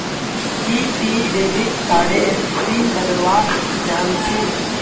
कि ती डेविड कार्डेर पिन बदलवा जानछी